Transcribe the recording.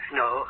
no